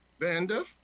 Vanda